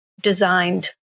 designed